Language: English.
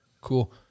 Cool